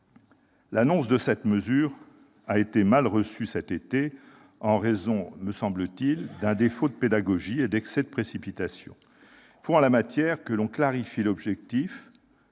L'annonce de cette mesure a été mal reçue cet été, en raison, me semble-t-il, d'un défaut de pédagogie et d'un excès de précipitation. Il faut, en la matière, que l'on clarifie l'objectif